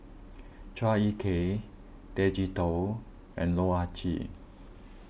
Chua Ek Kay Tay Chee Toh and Loh Ah Chee